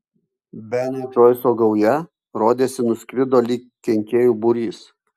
beno džoiso gauja rodėsi nuskrido lyg kenkėjų būrys